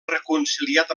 reconciliat